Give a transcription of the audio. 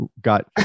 got